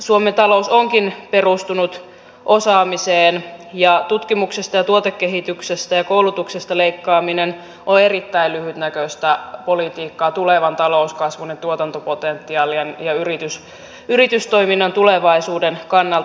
suomen talous onkin perustunut osaamiseen ja tutkimuksesta tuotekehityksestä ja koulutuksesta leikkaaminen on erittäin lyhytnäköistä politiikkaa tulevan talouskasvun ja tuotantopotentiaalien ja yritystoiminnan tulevaisuuden kannalta